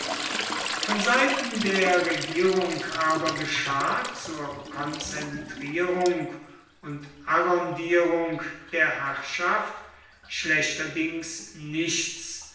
von seiten der regierung aber geschah zur konzentrierung und arrondierung der herrschaft schlechterdings nichts